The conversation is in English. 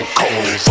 cold